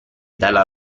dalla